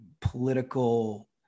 political